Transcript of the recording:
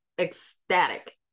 ecstatic